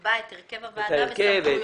ושיקבע את הרכב הוועדה ואת סמכויותיה.